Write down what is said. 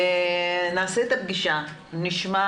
נעשה את הפגישה, נשמע